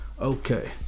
okay